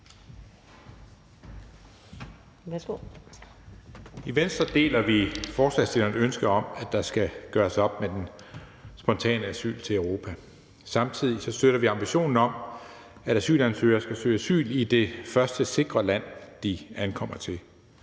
I Venstre deler vi forslagsstillernes ønske om, at der skal gøres op med den spontane asyl til Europa. Samtidig støtter vi ambitionen om, at asylansøgere skal søge asyl i det første sikre land, de ankommer til.